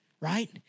right